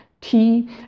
tea